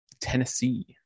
Tennessee